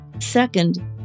Second